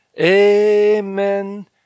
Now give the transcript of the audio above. amen